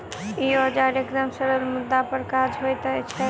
ई औजार एकदम सरल मुदा बड़ काजक होइत छै